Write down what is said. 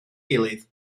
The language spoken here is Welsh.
gilydd